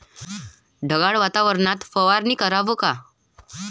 ढगाळ वातावरनात फवारनी कराव का?